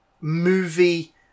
movie